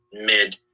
mid